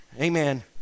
Amen